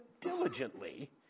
diligently